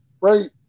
right